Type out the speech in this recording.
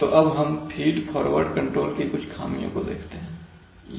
तो अब हम फीड फॉरवर्ड कंट्रोल की कुछ खामियों को देखते हैं